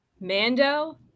Mando